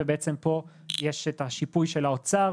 ובעצם פה יש את השיפוי של האוצר,